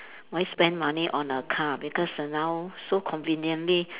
why spend money on a car because err now so conveniently